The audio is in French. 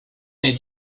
n’est